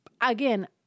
again